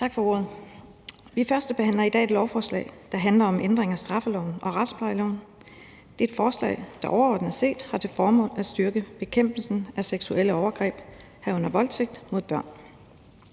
Tak for ordet. Vi førstebehandler i dag et lovforslag, der handler om ændring af straffeloven og retsplejeloven, og det er et forslag, der overordnet set har til formål at styrke bekæmpelsen af seksuelle overgreb, herunder voldtægt af børn.